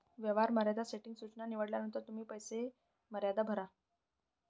व्यवहार मर्यादा सेटिंग सूचना निवडल्यानंतर तुम्ही पैसे मर्यादा भरा